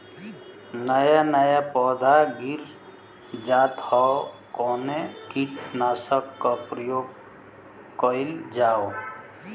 नया नया पौधा गिर जात हव कवने कीट नाशक क प्रयोग कइल जाव?